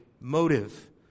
motive